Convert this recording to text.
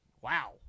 Wow